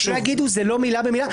סליחה שאני אומר,